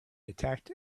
attacked